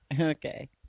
Okay